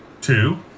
Two